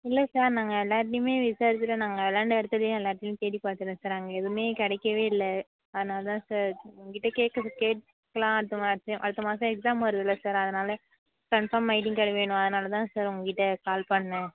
இல்லை சார் நாங்கள் எல்லார்கிட்டியுமே விசாரித்துட்டோம் நாங்கள் வெளாண்ட இடத்துலியும் தேடி பார்த்துட்டோம் சார் அங்கே எதுவுமே கிடைக்கவே இல்லை அதனால் தான் சார் உங்ககிட்ட கேட்டுட்டு கேட்கலான் அடுத்த மாசம் எக்ஸாம் வருதுல்லை சார் அதனால கன்ஃபாம் ஐடிங் கார்டு வேணும் அதனால தான் சார் உங்கள் கிட்ட கால் பண்ணேன்